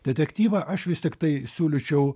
detektyvą aš vis tiktai siūlyčiau